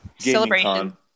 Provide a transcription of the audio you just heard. Celebration